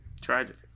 Tragic